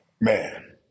Man